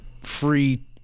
free